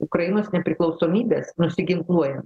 ukrainos nepriklausomybės nusiginkluoja